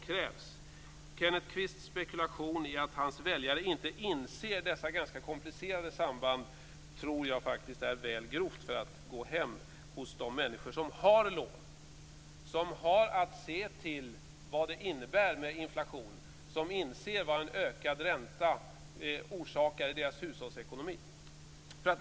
Kenneth Kvists spekulation i att hans väljare inte inser dessa ganska komplicerade samband tror jag faktiskt är väl grov för att gå hem hos de människor som har lånat, som har att se till vad det innebär med inflation och som inser vad en ökad ränta orsakar i deras hushållsekonomi.